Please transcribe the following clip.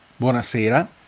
buonasera